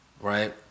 right